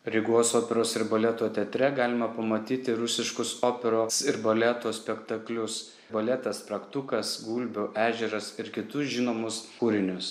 rygos operos ir baleto teatre galima pamatyti rusiškus operos ir baleto spektaklius baletą spragtukas gulbių ežeras ir kitus žinomus kūrinius